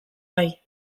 bai